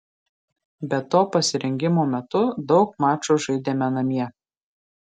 be to pasirengimo metu daug mačų žaidėme namie